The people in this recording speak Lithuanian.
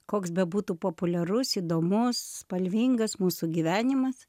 koks bebūtų populiarus įdomus spalvingas mūsų gyvenimas